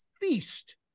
feast